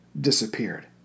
disappeared